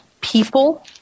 people